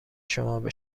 شما